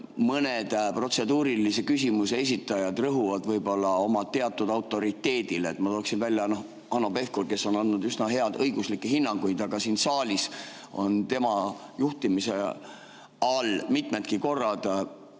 mõned protseduurilise küsimuse esitajad rõhuvad võib-olla oma autoriteedile. Ma tooksin välja Hanno Pevkuri, kes on andnud üsna häid õiguslikke hinnanguid, aga siin saalis on tema juhtimise all mitmedki korrad